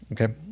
okay